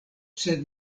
sed